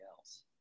else